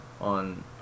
on